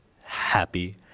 happy